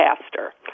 pastor